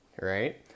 Right